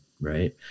right